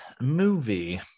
movie